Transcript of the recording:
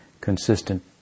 consistent